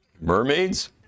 Mermaids